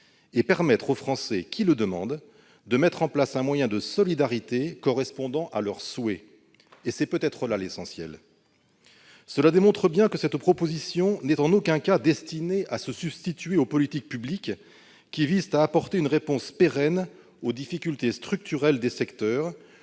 et permettre aux Français qui le demandent de mettre en place un geste de solidarité correspondant à leur souhait ; c'est peut-être là l'essentiel. Cela démontre bien que cette proposition n'est en aucun cas destinée à se substituer aux politiques publiques qui visent à apporter une réponse pérenne aux difficultés structurelles des secteurs,